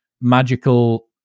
magical